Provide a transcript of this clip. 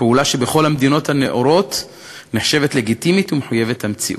פעולה שבכל המדינות הנאורות נחשבת לגיטימית ומחויבת המציאות.